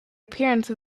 appearance